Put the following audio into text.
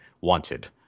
Wanted